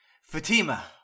Fatima